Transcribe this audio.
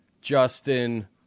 Justin